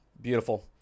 Beautiful